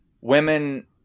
women